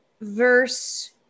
Verse